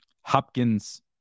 Hopkins